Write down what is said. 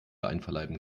einverleiben